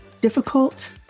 difficult